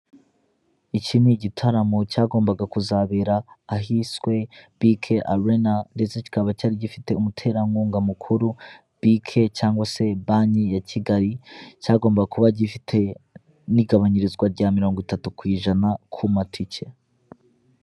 Iki ni igitaramo cyagombaga kuzabera ahiswe bike arena ndetse kikaba cyari gifite umuterankunga mukuru bike cyangwa se banki ya Kigali cyagombaga kuba gifite n'igabanyirizwa rya mirongo itatu ku ijana ku matike.